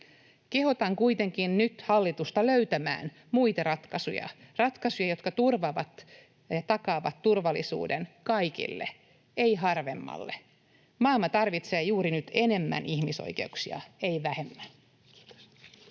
Kehotan kuitenkin nyt hallitusta löytämään muita ratkaisuja, ratkaisuja, jotka turvaavat ja takaavat turvallisuuden kaikille, ei harvemmalle. Maailma tarvitsee juuri nyt enemmän ihmisoikeuksia, ei vähemmän.